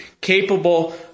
capable